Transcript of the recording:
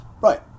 right